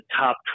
top